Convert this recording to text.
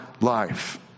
life